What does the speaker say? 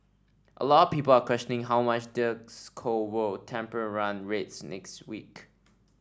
a lot people are questioning how much this cold will temper run rates next week